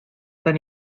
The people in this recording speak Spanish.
tan